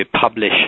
publish